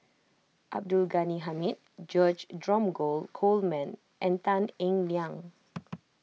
Abdul Ghani Hamid George Dromgold Coleman and Tan Eng Liang